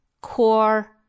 core